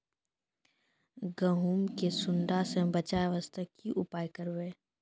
गहूम के सुंडा से बचाई वास्ते की उपाय करबै?